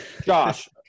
Josh